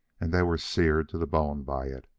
and they were seared to the bone by it,